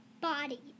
body